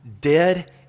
dead